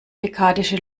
dekadische